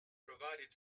provided